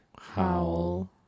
Howl